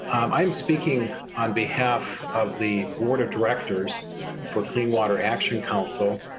i am speaking on behalf of the board of directors for clean water action council.